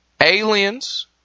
Aliens